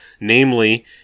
Namely